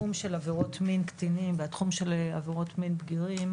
עבירות מין בקטינים והתחום של עבירות מין בבגירים,